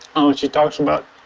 ah she talks about,